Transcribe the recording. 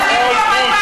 כל גרוש.